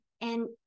and-